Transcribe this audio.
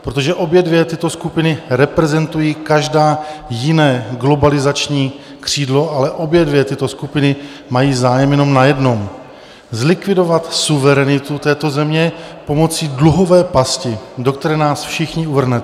Protože obě tyto skupiny reprezentují každá jiné globalizační křídlo, ale obě tyto skupiny mají zájem jenom na jednom: zlikvidovat suverenitu této země pomocí dluhové pasti, do které nás všichni uvrhnete.